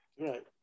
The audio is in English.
Right